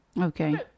Okay